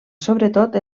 sobretot